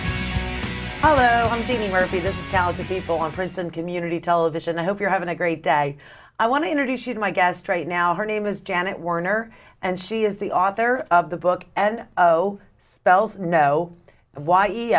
and community television i hope you're having a great day i want to introduce you to my guest right now her name is janet warner and she is the author of the book and spells know why e